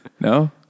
No